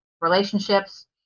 relationships